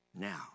Now